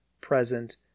present